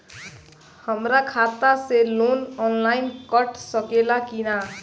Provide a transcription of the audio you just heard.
हमरा खाता से लोन ऑनलाइन कट सकले कि न?